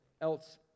else